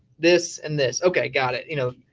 this and this. okay. got it. you know,